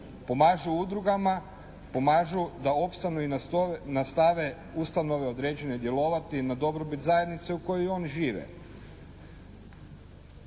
Pomažu udrugama, pomažu da opstanu i nastave ustanove određene djelovati na dobrobit zajednice u kojoj oni žive.